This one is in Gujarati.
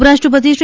ઉપરાષ્ટ્રપતિ શ્રી